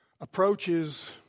approaches